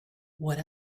what